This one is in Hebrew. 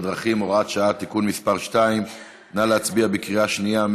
בדרכים (הוראת שעה) (תיקון מס' 2). נא להצביע בקריאה שנייה.